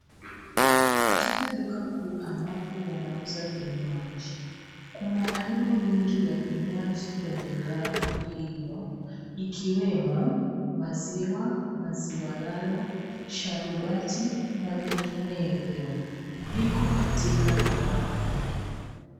Katika duka kuu ambapo wanauza vinywaji, kuna aina mingi ya vinywaji kwenye rafu hio ikiwemo maziwa, maziwa lala, sharubati na vinginevyo viko katika barafu.